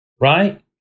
right